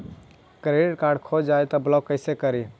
Credit card खो जाए तो ब्लॉक कैसे करी?